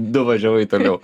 davažiavai toliau